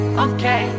okay